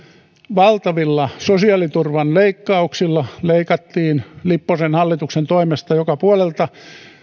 valtavilla sosiaaliturvan leikkauksilla leikattiin lipposen hallituksen toimesta joka puolelta